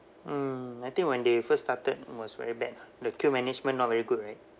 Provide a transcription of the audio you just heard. mm I think when they first started it was very bad lah the queue management not very good right